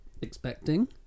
expecting